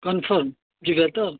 confirm ଯିବେ ତ